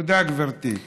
תודה, גברתי.